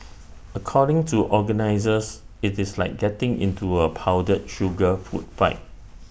according to organisers IT is like getting into A powdered sugar food fight